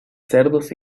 cerdos